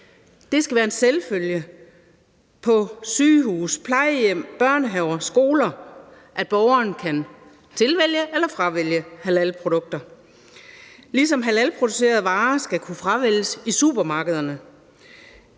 Det skal være en selvfølge på sygehuse, plejehjem, i børnehaver, skoler, at borgeren kan tilvælge eller fravælge halalprodukter, ligesom halalproducerede varer skal kunne fravælges i supermarkederne.